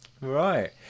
Right